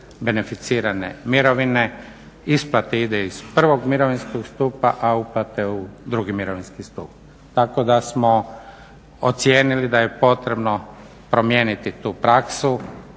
beneficirane mirovine isplata ide iz prvog mirovinskog stupa, a uplate u drugi mirovinski stup, tako da smo ocijenili da je potrebno promijeniti tu praksu